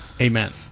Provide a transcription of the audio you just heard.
Amen